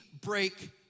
break